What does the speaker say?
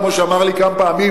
כמו שאמר לי כמה פעמים